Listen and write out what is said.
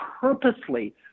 purposely